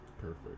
Perfect